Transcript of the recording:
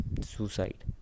suicide